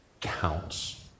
counts